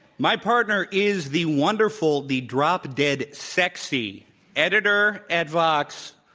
my partner is the wonderful, the drop dead sexy editor at v ox,